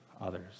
others